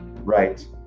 right